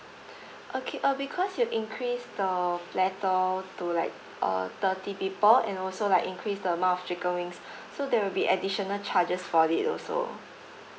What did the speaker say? okay uh because you increase the platter to like uh thirty people and also like increase the amount of chicken wings so there will be additional charges for it also